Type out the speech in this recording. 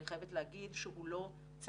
אני חייבת להגיד שהוא לא צלח,